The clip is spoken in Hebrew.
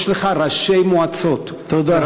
יש לך ראשי מועצות תודה.